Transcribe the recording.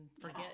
forget